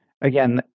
again